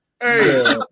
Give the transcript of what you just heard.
Hey